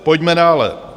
Pojďme dále.